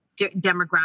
demographic